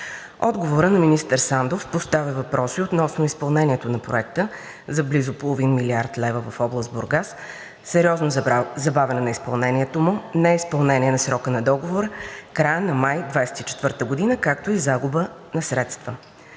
Отговорът на министър Сандов поставя въпроси относно изпълнението на Проекта за близо половин милиард лева в област Бургас и за сериозно забавяне на изпълнението му, за неизпълнение на срока на договора – края на май 2024 г., както и загуба на средства.